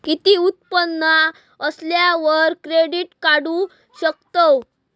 किती उत्पन्न असल्यावर क्रेडीट काढू शकतव?